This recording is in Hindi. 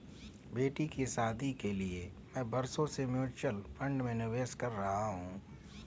बेटी की शादी के लिए मैं बरसों से म्यूचुअल फंड में निवेश कर रहा हूं